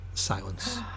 silence